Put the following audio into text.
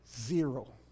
Zero